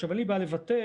אין לי בעיה לוותר,